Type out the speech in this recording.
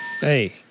Hey